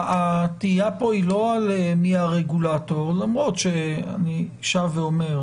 התהייה כאן היא לא על מי הרגולטור למרות שאני שב ואומר